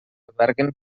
alberguen